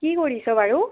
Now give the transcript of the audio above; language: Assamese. কি কৰিছ' বাৰু